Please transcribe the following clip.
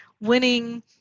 Winning